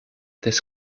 this